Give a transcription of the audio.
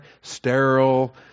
sterile